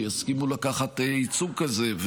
שיסכימו לקחת ייצוג כזה,